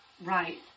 Right